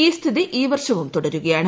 ഈ സ്ഥിതി ഈ വർഷവും തുടരുകയാണ്